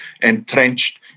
entrenched